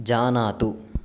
जानातु